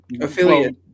Affiliate